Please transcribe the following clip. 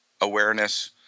awareness